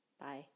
Bye